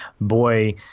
boy